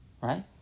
right